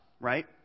right